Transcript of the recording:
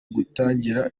gutangira